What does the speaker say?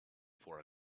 for